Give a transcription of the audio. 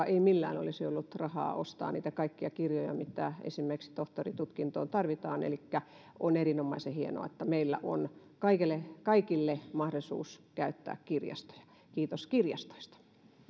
ei millään olisi ollut rahaa ostaa niitä kaikkia kirjoja mitä esimerkiksi tohtorintutkintoon tarvitaan elikkä on erinomaisen hienoa että meillä on kaikille kaikille mahdollisuus käyttää kirjastoja kiitos kirjastoista